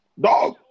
Dog